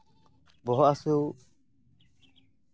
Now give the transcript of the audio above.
ᱵᱚᱦᱚᱜ ᱦᱟᱹᱥᱩ